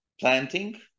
planting